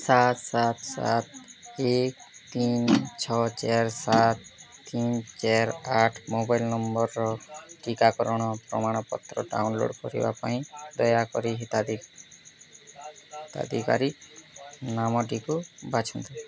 ସାତ ସାତ ସାତ ଏକ ତିନ ଛଅ ଚାର ସାତ ତିନ ଚାର ଆଠ ମୋବାଇଲ୍ ନମ୍ବର୍ର ଟିକାକରଣ ପ୍ରମାଣପତ୍ର ଡାଉନଲୋଡ୍ କରିବା ପାଇଁ ଦୟାକରି ହିତାଧି ହିତାଧିକାରୀ ନାମଟିକୁ ବାଛନ୍ତୁ